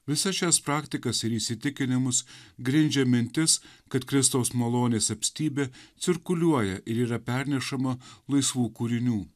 visas šias praktikas ir įsitikinimus grindžia mintis kad kristaus malonės apstybė cirkuliuoja ir yra pernešama laisvų kūrinių